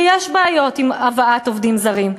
ויש בעיות עם הבאת עובדים זרים.